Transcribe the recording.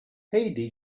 hey